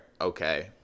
okay